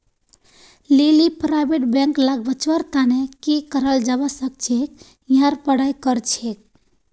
लीली private bank लाक बचव्वार तने की कराल जाबा सखछेक यहार पढ़ाई करछेक